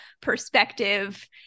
perspective